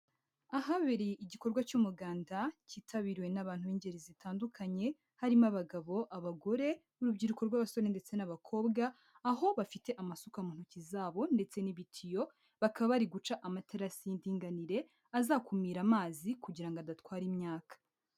Ahabereye igikorwa cy'umuganda, cyitabiriwe n'abantu b'ingeri zitandukanye, harimo abagabo, abagore, urubyiruko rw'abasore ndetse n'abakobwa, aho bafite amasuka mu ntoki zabo ndetse n'ibitiyo, bakaba bari guca amaterasi y'indinganire, azakumira amazi kugira ngo adatwara imyaka.